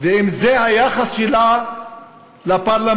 ואם זה היחס שלה לפרלמנט,